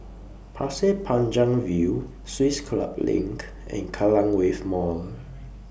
Pasir Panjang View Swiss Club LINK and Kallang Wave Mall